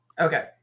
Okay